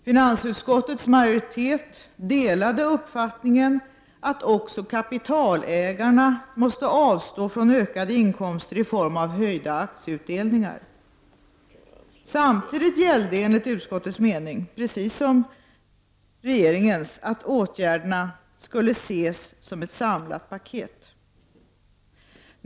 Finansutskottets majoritet delade uppfattningarna att också kapitalägarna måste avstå från ökade inkomster i form av höjda aktieutdelningar. Samtidigt gällde, enligt utskottets mening, precis som enligt regeringen, att åtgärderna skulle ses som ett samlat paket.